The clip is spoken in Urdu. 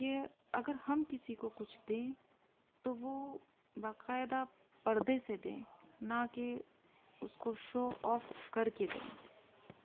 کہ ہم اگر کسی کو کچھ دیں تو وہ باقاعدہ پردے سے دیں نہ کہ اس کو شو آف کر کے دیں